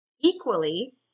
equally